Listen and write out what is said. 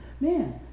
man